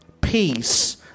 peace